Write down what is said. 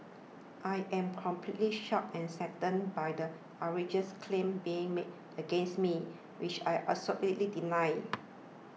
I'm completely shocked and saddened by the outrageous claims being made against me which I absolutely deny